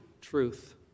truth